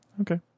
Okay